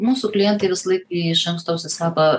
mūsų klientai visąlaik iš anksto užsisako